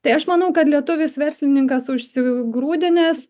tai aš manau kad lietuvis verslininkas užsigrūdinęs